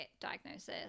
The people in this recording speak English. diagnosis